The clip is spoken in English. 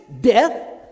death